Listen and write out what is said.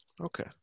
Okay